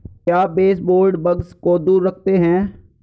क्या baseboard bugs को दूर रखते हैं?